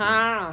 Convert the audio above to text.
!huh!